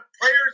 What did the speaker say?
players